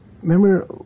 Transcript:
Remember